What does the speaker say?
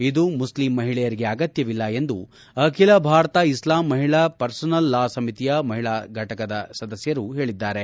ಇದು ಮುಸ್ಲಿಂ ಮಹಿಳೆಯರಿಗೆ ಅಗತ್ಯವಿಲ್ಲ ಎಂದು ಅಖಲ ಭಾರತ ಇಸ್ಲಾಂ ಮಹಿಳಾ ಫರ್ಸೋನಲ್ ಲಾ ಸಮಿತಿಯ ಮಹಿಳಾ ಫಟಕ ಸದಸ್ಯರು ಹೇಳಿದ್ದಾರೆ